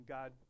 God